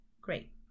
great